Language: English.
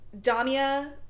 Damia